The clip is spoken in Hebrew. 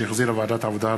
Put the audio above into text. שהחזירה ועדת העבודה,